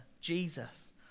Jesus